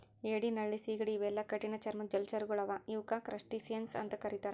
ಏಡಿ ನಳ್ಳಿ ಸೀಗಡಿ ಇವೆಲ್ಲಾ ಕಠಿಣ್ ಚರ್ಮದ್ದ್ ಜಲಚರಗೊಳ್ ಅವಾ ಇವಕ್ಕ್ ಕ್ರಸ್ಟಸಿಯನ್ಸ್ ಅಂತಾ ಕರಿತಾರ್